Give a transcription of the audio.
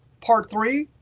part three,